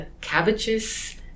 cabbages